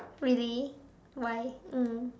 really why mm